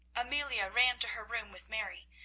amelia ran to her room with mary,